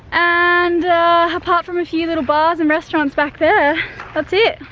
and apart from a few little bars and restaurants back there that's it,